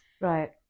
Right